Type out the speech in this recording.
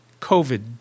COVID